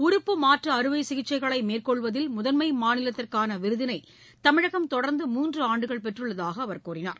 உறுப்பு மாற்றுஅறுவைசிகிச்சைகளைமேற்கொள்வதில் முதன்மைமாநிலத்திற்கானவிருதினைதமிழகம் தொடர்ந்து மூன்றுஆண்டுகள் பெற்றுள்ளதாகஅவர் கூறினார்